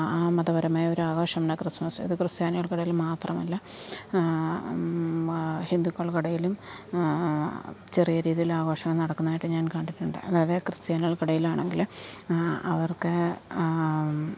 ആ മതപരമായ ഒരു ആഘോഷമാണ് ക്രിസ്മസ് അത് ക്രിസ്ത്യാനികൾക്ക് ഇടയിൽ മാത്രമല്ല ഹിന്ദുക്കൾക്ക് ഇടയിലും ചെറിയ രീതിയിൽ ആഘോഷങ്ങൾ നടക്കുന്നതായിട്ട് ഞാൻ കണ്ടിട്ടുണ്ട് അതായത് ക്രിസ്ത്യാനികൾക്ക് ഇടയിലാണെങ്കിൽ അവർക്ക്